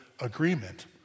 agreement